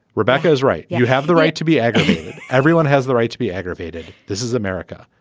rebecca is right. you have the right to be aggravated everyone has the right to be aggravated. this is america.